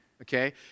okay